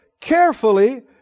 carefully